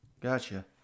Gotcha